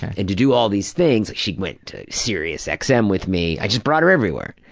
and to do all these things. she went to serius like xm um with me, i just brought her everywhere.